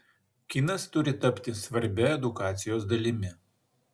kinas turi tapti svarbia edukacijos dalimi